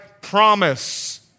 promise